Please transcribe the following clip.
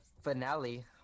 finale